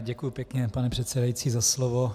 Děkuji pěkně, pane předsedající, za slovo.